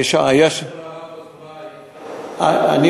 אבל,